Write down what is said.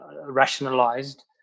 rationalized